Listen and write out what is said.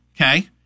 okay